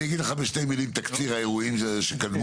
אני אגיד לך בשתי מילים את תקציר האירועים שקדמו.